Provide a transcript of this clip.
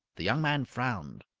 the young man frowned.